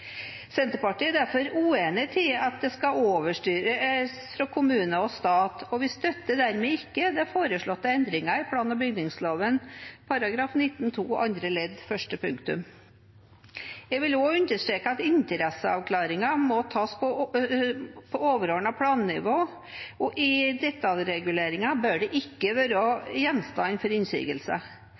Senterpartiet er derfor uenig i at de skal overstyres fra fylkeskommune og stat, og vi støtter dermed ikke de foreslåtte endringene i plan- og bygningsloven § 19-2 andre ledd første punktum. Jeg vil også understreke at interesseavklaringer må tas på et overordnet plannivå. Detaljreguleringer bør ikke være gjenstand for